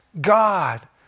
God